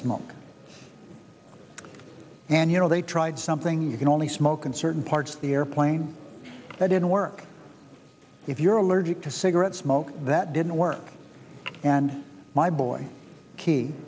smoke and you know they tried something you can only smoke in certain parts of the airplane that didn't work if you're allergic to cigarette smoke that didn't work and my boy key